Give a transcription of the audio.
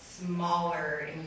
Smaller